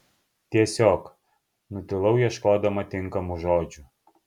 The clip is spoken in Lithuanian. tiesiog nutilau ieškodama tinkamų žodžių